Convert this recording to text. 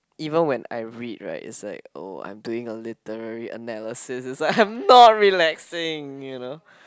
even when I read right it's like oh I'm doing a literary analysis it's like I'm not relaxing you know